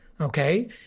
okay